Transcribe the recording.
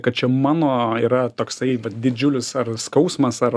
kad čia mano yra toksai didžiulis ar skausmas ar